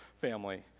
family